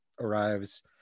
arrives